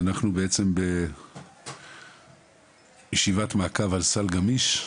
אנחנו בעצם בישיבת מעקב על סל גמיש,